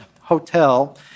hotel